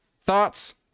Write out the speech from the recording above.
thoughts